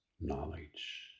knowledge